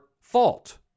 fault